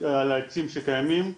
על העצים שקיימים.